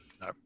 No